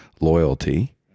loyalty